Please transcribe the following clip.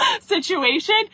situation